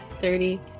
Thirty